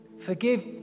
Forgive